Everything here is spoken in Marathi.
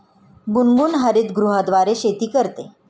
गुनगुन हरितगृहाद्वारे शेती करते